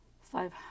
five